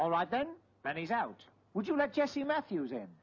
all right then when he's out would you like jesse matthews and